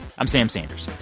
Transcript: i'm sam sanders.